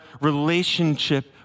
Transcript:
relationship